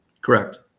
Correct